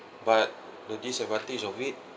but the disadvantage of it